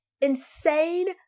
insane